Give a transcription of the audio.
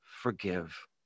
forgive